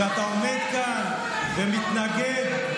מי שמייצג את הדעה שלך לא יכול להזכיר את המילה "טרור".